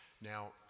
Now